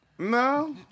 No